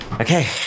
Okay